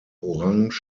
orange